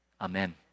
Amen